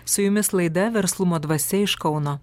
su jumis laida verslumo dvasia iš kauno